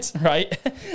Right